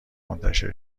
منتشر